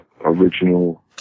original